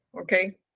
okay